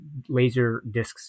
Laserdiscs